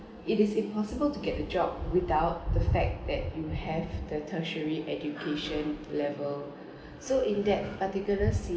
it is impossible to get a job without the fact that you have the tertiary education level so in that particular scene